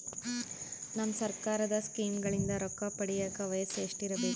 ನಮ್ಮ ಸರ್ಕಾರದ ಸ್ಕೀಮ್ಗಳಿಂದ ರೊಕ್ಕ ಪಡಿಯಕ ವಯಸ್ಸು ಎಷ್ಟಿರಬೇಕು?